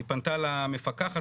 היא פנתה למפקחת,